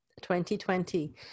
2020